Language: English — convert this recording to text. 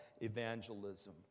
evangelism